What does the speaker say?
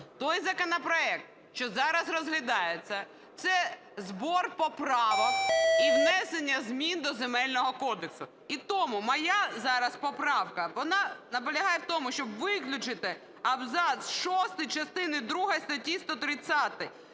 Той законопроект, що зараз розглядається, це збір поправок і внесення змін до Земельного кодексу. І тому моя зараз поправка, вона полягає у тому, щоб виключити абзац шостий частини другої статті 130.